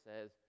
says